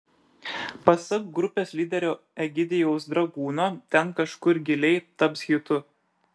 pasak grupės lyderio egidijaus dragūno ten kažkur giliai taps hitu